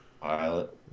Pilot